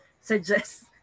suggest